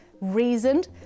reasoned